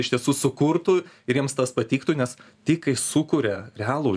iš tiesų sukurtų ir jiems tas patiktų nes tik kai sukuria realų